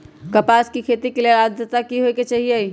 कपास के खेती के लेल अद्रता की होए के चहिऐई?